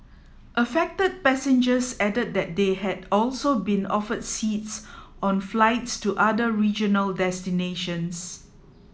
affected passengers added that they had also been offered seats on flights to other regional destinations